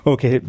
Okay